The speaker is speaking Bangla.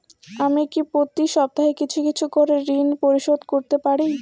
আমি কি প্রতি সপ্তাহে কিছু কিছু করে ঋন পরিশোধ করতে পারি?